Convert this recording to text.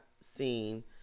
seen